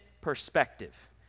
perspective